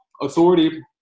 authority